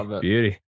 beauty